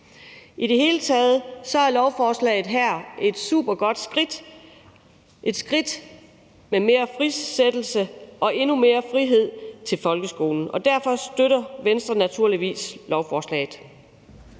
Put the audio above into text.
I det hele taget tager vi med lovforslaget her et supergodt skridt; et skridt mod mere frisættelse og endnu mere frihed til folkeskolen, og derfor støtter Venstre naturligvis lovforslaget.